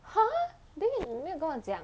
!huh! then you 没有跟我讲